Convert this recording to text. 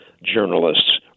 journalists